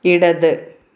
ഇടത്